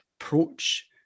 approach